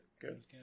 good